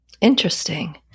Interesting